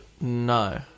No